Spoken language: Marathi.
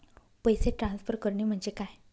पैसे ट्रान्सफर करणे म्हणजे काय?